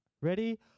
ready